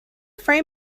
frame